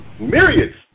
myriads